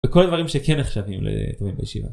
וכל הדברים שכן נחשבים לטובים בישיבה.